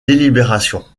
délibérations